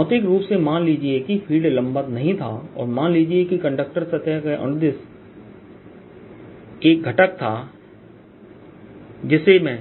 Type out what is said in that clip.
भौतिक रूप से मान लीजिए कि फ़ील्ड लंबवत नहीं था और मान लीजिए कि कंडक्टर सतह के अनुदेश एक घटक था जिसे मैं